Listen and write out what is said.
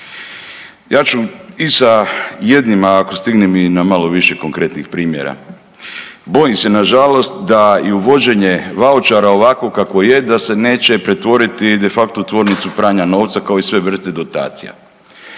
Ja ću i sa jednim, a ako stignem i na malo više konkretnih primjera. Bojim se nažalost da i uvođenje vaučara ovakvo kakvo je da se neće pretvoriti de facto u tvornicu pranja novca, kao i sve vrste dotacija.